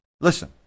Listen